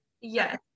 Yes